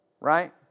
Right